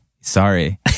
sorry